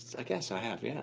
i guess i have, yeah